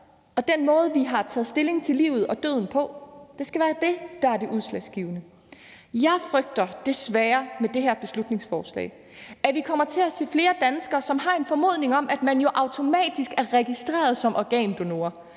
med den måde, vi har taget stilling til livet og døden på. Det skal være det, der er det udslagsgivende. Jeg frygter desværre med det her beslutningsforslag, at vi kommer til at se flere danskere, som har en formodning om, at man jo automatisk er registreret som organdonor,